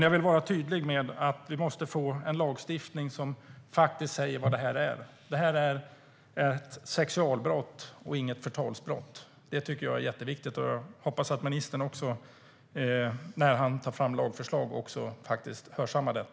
Jag vill vara tydlig med att vi måste få en lagstiftning som säger vad det är fråga om. Det är fråga om sexualbrott, inte förtalsbrott. Det är jätteviktigt att det kommer fram, och jag hoppas att ministern, när han tar fram lagförslag, hörsammar det.